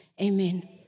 Amen